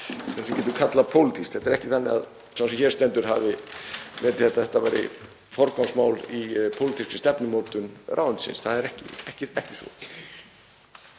Þetta er ekki þannig að sá sem hér stendur hafi metið að þetta væri forgangsmál í pólitískri stefnumótun ráðuneytisins. Það er ekki svo.